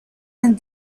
and